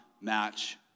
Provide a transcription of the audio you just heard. match